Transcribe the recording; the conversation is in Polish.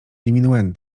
diminuen